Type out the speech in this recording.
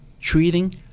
treating